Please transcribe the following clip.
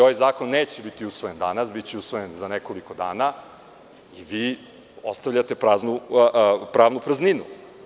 Ovaj zakon neće biti usvojen danas, već za nekoliko dana i vi ostavljate pravnu prazninu.